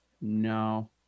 No